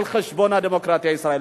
על חשבון הדמוקרטיה הישראלית.